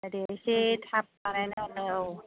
औ दे एसे थाब बानायनानै औ